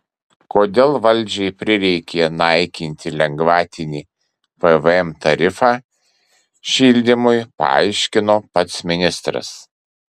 kodėl valdžiai prireikė naikinti lengvatinį pvm tarifą šildymui paaiškino pats ministras